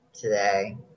today